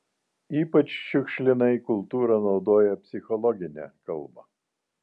ypač šiukšlinai kultūra naudoja psichologinę kalbą